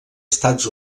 estats